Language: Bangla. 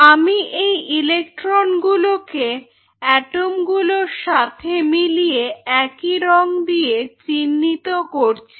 আমি এই ইলেকট্রনগুলোকে অ্যাটমগুলোর সাথে মিলিয়ে একই রং দিয়ে চিহ্নিত করছি